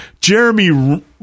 Jeremy